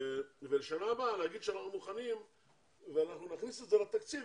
ולשנה הבאה להגיד שאנחנו מוכנים ואנחנו נכניס את זה לתקציב,